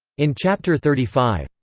in chapter thirty five,